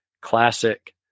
classic